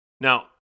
Now